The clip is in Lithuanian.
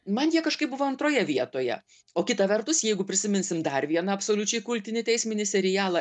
man jie kažkaip buvo antroje vietoje o kita vertus jeigu prisiminsim dar vieną absoliučiai kultinį teisminį serialą